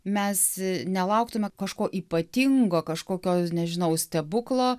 mes nelauktume kažko ypatingo kažkokio nežinau stebuklo